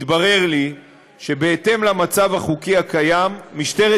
התברר לי שבהתאם למצב החוקי הקיים משטרת